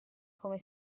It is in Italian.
come